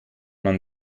man